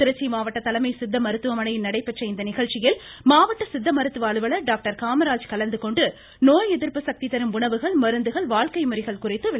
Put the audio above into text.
திருச்சி மாவட்ட தலைமை சித்த மருத்துவமனையில் நடைபெற்ற இந்நிகழ்ச்சியில் மாவட்ட சித்த மருத்துவ அலுவலர் டாக்டர் காமராஜ் கலந்துகொண்டு நோய் எதிர்ப்பு சக்தி தரும் உணவுகள் மருந்துகள் வாழ்க்கை முறைகள் குறித்து விளக்கினார்